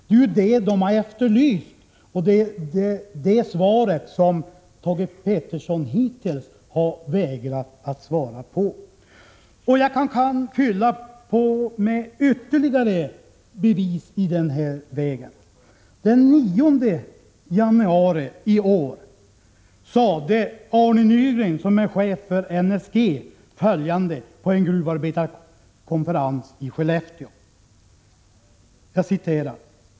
Det är vad gruvarbetarkåren har efterlyst, och när det gäller det kravet har Thage Peterson hittills vägrat att svara. Jag kan fylla på med ytterligare bevis. Den 9 januari i år sade Arne Nygren, som är chef för NSG, följande på en gruvarbetarkonferens i Skellefteå.